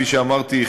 כפי שאמרתי,